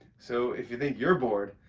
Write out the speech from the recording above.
so if you think you're bored,